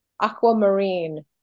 aquamarine